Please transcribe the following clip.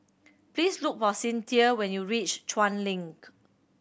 please look for Cynthia when you reach Chuan Link